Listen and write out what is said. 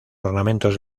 ornamentos